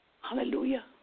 Hallelujah